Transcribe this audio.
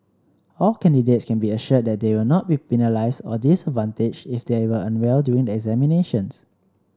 all candidates can be assured that they will not be penalised or disadvantaged if they were unwell during the examinations